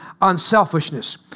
unselfishness